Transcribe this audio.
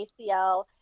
ACL